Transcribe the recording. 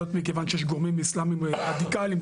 זאת מכיוון שיש גורמים אסלאמיים רדיקליים,